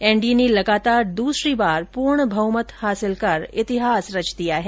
NDA ने लगातार दूसरी बार पूर्ण बहमत हासिल कर इतिहास रच दिया है